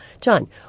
John